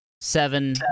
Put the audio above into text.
seven